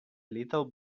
little